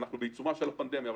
אנחנו בעיצומה של הפנדמיה,